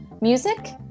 music